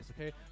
okay